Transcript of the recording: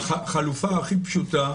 החלופה הכי פשוטה: